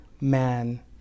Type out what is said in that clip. man